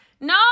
No